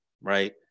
right